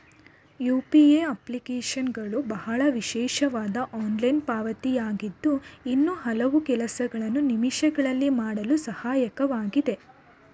UPA ಅಪ್ಲಿಕೇಶನ್ಗಳು ಬಹಳ ವಿಶೇಷವಾದ ಆನ್ಲೈನ್ ಪಾವತಿ ಆಗಿದ್ದು ಇನ್ನೂ ಹಲವು ಕೆಲಸಗಳನ್ನು ನಿಮಿಷಗಳಲ್ಲಿ ಮಾಡಲು ಸಹಾಯಕವಾಗಿದೆ